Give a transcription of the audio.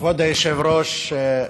כבוד היושב-ראש,